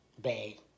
Bay